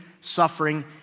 suffering